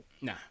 Nah